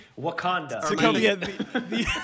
Wakanda